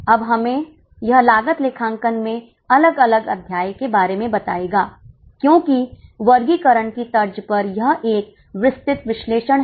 अब यह हमें लागत लेखांकन में अलग अलग अध्याय के बारे में बताएगा क्योंकि वर्गीकरण की तर्ज पर यह एक विस्तृत विश्लेषण है